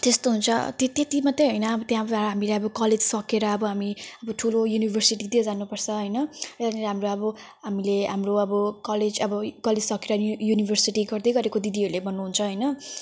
त्यस्तो हुन्छ त्यो त्यति मात्रै हैन अब त्यहाँबाट हामीलाई अब कलेज सकेर अब हामी ठुलो युनिभर्सिटीतिर जानुपर्छ हैन त्यहाँनिर हाम्रो अब हामीले हाम्रो अब कलेज अब कलेज सकेर यु युनिभर्सिटी गर्दै गरेको दिदीहरूले भन्नुहुन्छ हैन